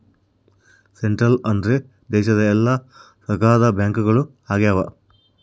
central ಅಂದ್ರ ದೇಶದ ಎಲ್ಲಾ ಸರ್ಕಾರದ ಬ್ಯಾಂಕ್ಗಳು ಆಗ್ಯಾವ